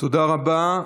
תודה רבה.